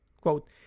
Quote